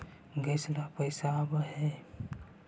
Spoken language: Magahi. गैस वाला पैसा आव है?